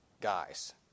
guys